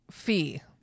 Fee